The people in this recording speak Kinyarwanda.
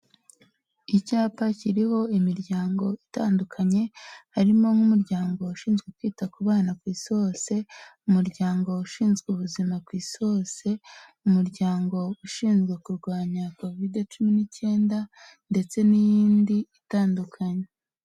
Icyapa kiriho imiryango itandukanye, harimo nk'umuryango ushinzwe kwita ku bana ku isi hose, umuryango ushinzwe ubuzima ku isi hose, umuryango ushinzwe kurwanya kovide cumi n'icyenda ndetse n'yindi itandukanye.